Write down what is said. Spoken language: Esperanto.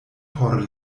por